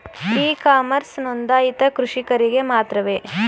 E commerce ನೊಂದಾಯಿತ ಕೃಷಿಕರಿಗೆ ಮಾತ್ರವೇ?